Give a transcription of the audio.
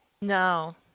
No